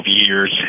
years